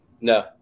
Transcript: No